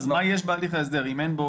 מה יש בהליך ההסדר אם אין בו